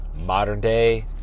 modern-day